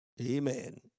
Amen